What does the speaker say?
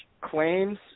claims